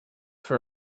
for